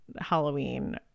Halloween